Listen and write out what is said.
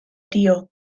tio